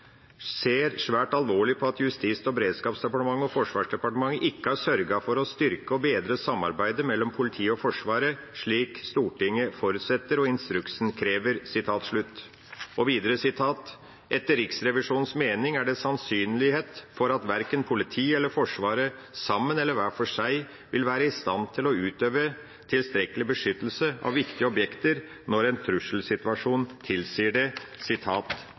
ser svært alvorlig på at Justis- og beredskapsdepartementet og Forsvarsdepartementet ikke har sørget for å styrke og bedre samarbeidet mellom politiet og Forsvaret, slik Stortinget forutsetter og instruksen krever.» Og videre: «Etter Riksrevisjonens mening er det sannsynlighet for at verken politiet eller Forsvaret, sammen eller hver for seg, vil være i stand til å utøve tilstrekkelig beskyttelse av viktige objekter når en trusselsituasjon tilsier det.»